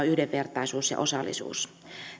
yhdenvertaisuus ja osallisuus